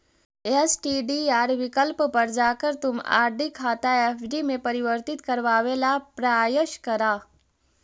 STDR विकल्प पर जाकर तुम आर.डी खाता एफ.डी में परिवर्तित करवावे ला प्रायस करा